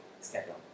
schedule